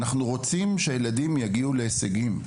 אנחנו רוצים שהילדים יגיעו להישגים.